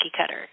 cutter